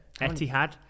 Etihad